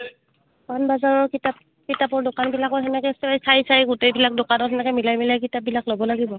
পানবজাৰৰ কিতাপ কিতাপৰ দোকানবিলাকৰ তেনেকৈ তই চাই চাই গোটেইবিলাক দোকানত তেনেকৈ মিলাই মিলাই কিতাপবিলাক ল'ব লাগিব